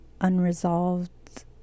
unresolved